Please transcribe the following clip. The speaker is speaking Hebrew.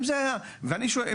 אני שואל,